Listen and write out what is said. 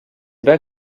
bas